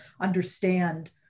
understand